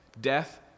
Death